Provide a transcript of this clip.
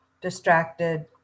distracted